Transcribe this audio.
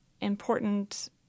important